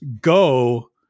go